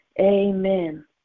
Amen